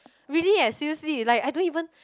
really eh seriously like I don't even